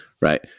right